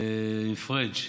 פריג'